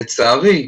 לצערי,